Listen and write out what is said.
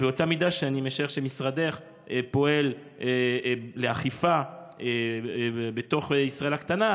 באותה מידה שאני משער שמשרדך פועל לאכיפה בתוך ישראל הקטנה,